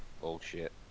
bullshit